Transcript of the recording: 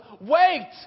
wait